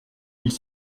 mille